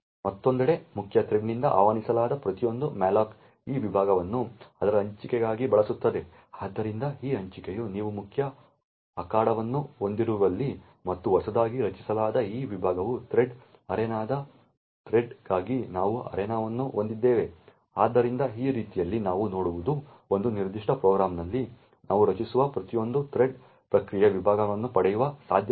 ಮತ್ತೊಂದೆಡೆ ಮುಖ್ಯ ಥ್ರೆಡ್ನಿಂದ ಆಹ್ವಾನಿಸಲಾದ ಪ್ರತಿಯೊಂದು ಮ್ಯಾಲೋಕ್ ಈ ವಿಭಾಗವನ್ನು ಅದರ ಹಂಚಿಕೆಗಾಗಿ ಬಳಸುತ್ತದೆ ಆದ್ದರಿಂದ ಈ ಹಂಚಿಕೆಯು ನೀವು ಮುಖ್ಯ ಅಖಾಡವನ್ನು ಹೊಂದಿರುವಲ್ಲಿ ಮತ್ತು ಹೊಸದಾಗಿ ರಚಿಸಲಾದ ಈ ವಿಭಾಗವು ಥ್ರೆಡ್ ಅರೇನಾದ ಥ್ರೆಡ್ಗಾಗಿ ನಾವು ಅರೇನಾವನ್ನು ಹೊಂದಿದ್ದೇವೆ ಆದ್ದರಿಂದ ಈ ರೀತಿಯಲ್ಲಿ ನಾವು ನೋಡುವುದು ಒಂದು ನಿರ್ದಿಷ್ಟ ಪ್ರೋಗ್ರಾಂನಲ್ಲಿ ನಾವು ರಚಿಸುವ ಪ್ರತಿಯೊಂದು ಥ್ರೆಡ್ ಪ್ರತ್ಯೇಕ ವಿಭಾಗವನ್ನು ಪಡೆಯುವ ಸಾಧ್ಯತೆಯಿದೆ